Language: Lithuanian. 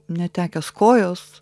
netekęs kojos